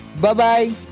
Bye-bye